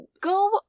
go